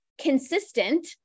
consistent